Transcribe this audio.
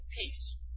peace